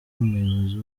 umuyobozi